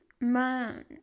Man